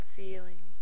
feeling